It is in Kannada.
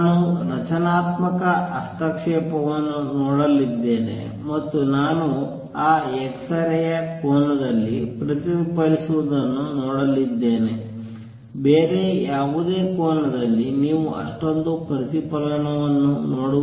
ನಾನು ರಚನಾತ್ಮಕ ಹಸ್ತಕ್ಷೇಪವನ್ನು ನೋಡಲಿದ್ದೇನೆ ಮತ್ತು ನಾನು ಆ x rayಯು ಕೋನದಲ್ಲಿ ಪ್ರತಿಫಲಿಸುವುದನು ನೋಡಲಿದ್ದೇನೆ ಬೇರೆ ಯಾವುದೇ ಕೋನದಲ್ಲಿ ನೀವು ಅಷ್ಟೊಂದು ಪ್ರತಿಫಲನವನ್ನು ನೋಡುವುದಿಲ್ಲ